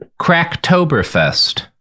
Cracktoberfest